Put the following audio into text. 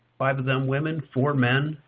five of them women, four men.